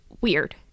weird